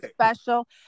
special